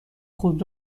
خود